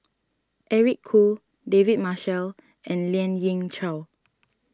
Eric Khoo David Marshall and Lien Ying Chow